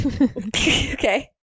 Okay